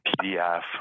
PDF